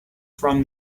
from